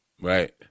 Right